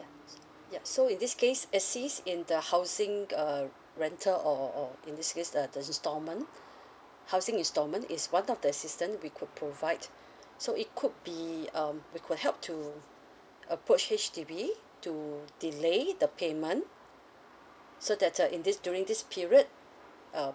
yup so in this case assist in the housing err rental or or in this case the installment housing installment is one of the assistance we could provide so it could be um we could help to approach H_D_B to delay the payment so that err in this during this period uh